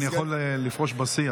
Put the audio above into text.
אני יכול לפרוש בשיא,